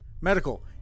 Medical